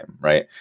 right